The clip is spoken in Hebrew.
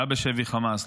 היה בשבי חמאס,